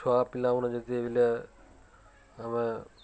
ଛୁଆ ପିଲାମାନେ ଯେତେବେଲେ ଆମେ